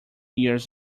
years